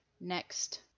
next